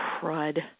crud